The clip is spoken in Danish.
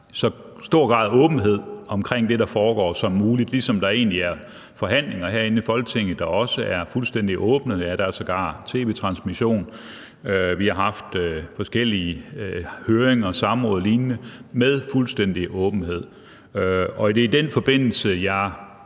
så stor en grad af åbenhed om det, der foregår, som muligt – ligesom der er om forhandlinger herinde i Folketinget, der er fuldstændig åbne. Ja, der er sågar tv-transmission. Og vi har haft forskellige høringer og samråd og lignende med fuldstændig åbenhed. Det er i den forbindelse, jeg